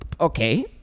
okay